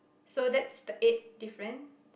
so that's the eighth different